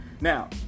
Now